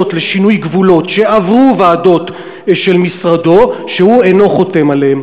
לשינוי גבולות שעברו ועדות של משרדו והוא אינו חותם עליהן?